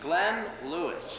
glenn lewis